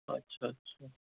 اچھا اچھا